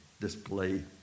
display